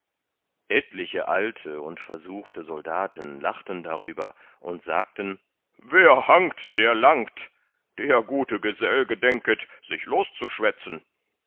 etliche alte und versuchte soldaten lachten darüber und sagten wer hangt der langt der gute gesell gedenket sich